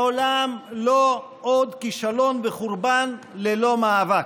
לעולם לא עוד כישלון וחורבן ללא מאבק.